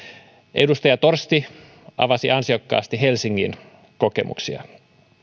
edustaja torsti avasi ansiokkaasti helsingin kokemuksia